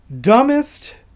dumbest